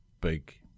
big